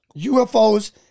UFOs